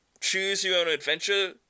choose-your-own-adventure